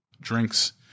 drinks